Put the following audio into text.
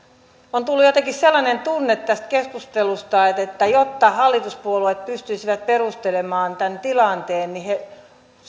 on tullut jotenkin sellainen tunne tästä keskustelusta että että jotta hallituspuolueet pystyisivät perustelemaan tämän tilanteen niin he